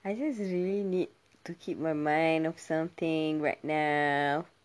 I just really need to keep my mind off something right now